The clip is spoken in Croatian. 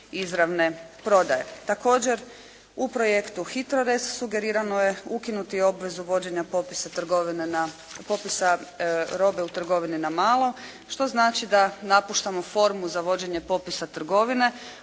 Također u projektu HITRORez sugerirano je ukinuti obvezu vođenja popisa trgovine na, popisa robe u trgovini na malo što znači da napuštamo formu za vođenje popisa trgovine.